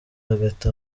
hagati